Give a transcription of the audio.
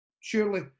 Surely